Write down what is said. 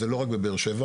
זה לא רק בבאר שבע,